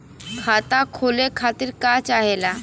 खाता खोले खातीर का चाहे ला?